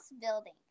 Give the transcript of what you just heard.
building